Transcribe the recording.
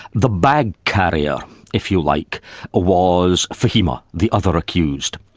the bag-carrier if you like ah was fahima, the other accused.